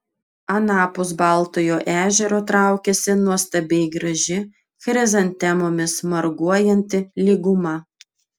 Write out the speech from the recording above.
anapus baltojo ežero traukėsi nuostabiai graži chrizantemomis marguojanti lyguma